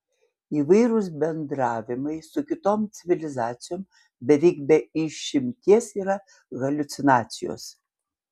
įvairūs bendravimai su kitom civilizacijom beveik be išimties yra haliucinacijos